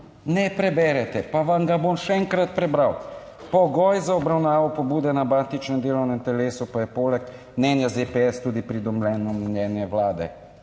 ne preberete, pa vam ga bom še enkrat prebral. Pogoj za obravnavo pobude na matičnem delovnem telesu pa je poleg mnenja ZPS tudi pridobljeno mnenje Vlade.